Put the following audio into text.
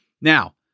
Now